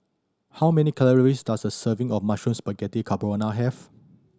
how many calories does a serving of Mushroom Spaghetti Carbonara have